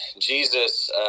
Jesus